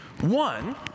One